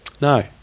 No